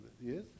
yes